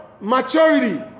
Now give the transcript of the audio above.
maturity